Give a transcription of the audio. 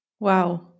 Wow